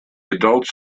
adults